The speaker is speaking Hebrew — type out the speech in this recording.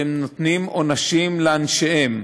והם נותנים עונשים לאנשיהם,